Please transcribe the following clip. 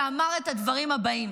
ואמר את הדברים הבאים: